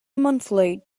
monthly